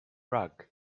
rug